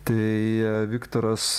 tai viktoras